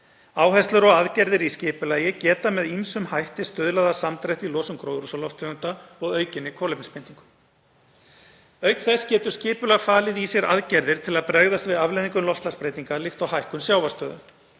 Áherslur og aðgerðir í skipulagi geta með ýmsum hætti stuðlað að samdrætti í losun gróðurhúsalofttegunda og aukinni kolefnisbindingu. Auk þess getur skipulag falið í sér aðgerðir til að bregðast við afleiðingum loftslagsbreytinga líkt og hækkun sjávarstöðu.